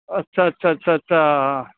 ਅੱਛਾ ਅੱਛਾ ਅੱਛਾ ਅੱਛਾ